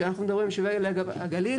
שאנחנו מדברים על ישובי לב הגליל,